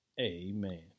amen